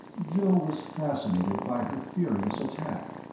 joe was fascinated by her furious attack.